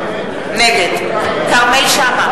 נגד כרמל שאמה,